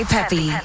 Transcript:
Peppy